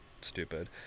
stupid